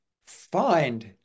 find